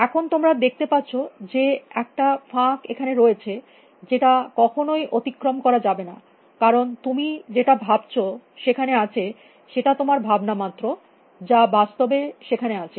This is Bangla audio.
এখন তোমরা দেখতে পারছ যে একটা ফাঁক এখানে রয়েছে যেটা কখনই অতিক্রম করা যাবে না কারণ তুমি যেটা ভাবছ সেখানে আছে সেটা তোমার ভাবনা মাত্র যা বাস্তবে সেখানে আছে